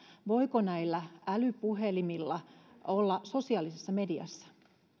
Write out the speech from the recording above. voiko näillä älypuhelimilla olla sosiaalisessa mediassa